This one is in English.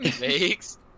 makes